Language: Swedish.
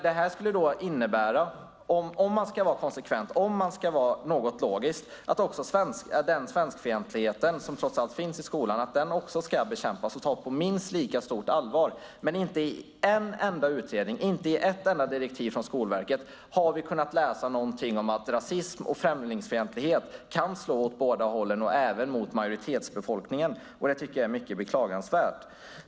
Det här skulle då innebära, om man ska vara konsekvent och om man ska ha ett något logiskt tänkande, att den svenskfientlighet som trots allt finns i skolan också ska bekämpas och tas på minst lika stort allvar. Men inte i en enda utredning, inte i ett enda direktiv från Skolverket har vi kunnat läsa någonting om att rasism och främlingsfientlighet kan slå åt båda hållen, även mot majoritetsbefolkningen. Det tycker jag är mycket beklagansvärt.